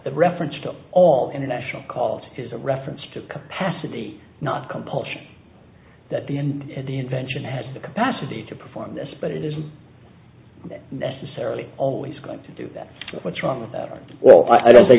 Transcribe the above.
the reference to all international calls is a reference to capacity not compulsion that the end of the invention has the capacity to perform this but it isn't necessarily always going to do that what's wrong with that well i don't